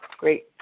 Great